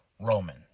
Roman